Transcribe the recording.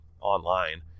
online